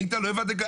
איתן, לא הבנת?